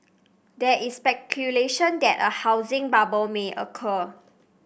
there is speculation that a housing bubble may occur